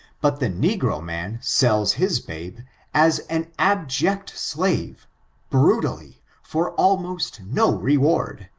but the negro man sells his habe as an abject slave brutally, for almost no reward,